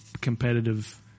competitive